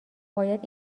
باید